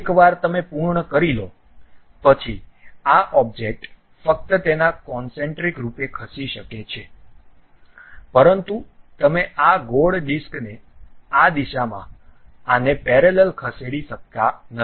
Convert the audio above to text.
એકવાર તમે પૂર્ણ કરી લો પછી આ ઓબ્જેક્ટ ફક્ત તેના કોનસેન્ટ્રિક રૂપે ખસી શકે છે પરંતુ તમે આ ગોળ ડિસ્કને આ દિશામાં આને પેરેલલ ખસેડી શકતા નથી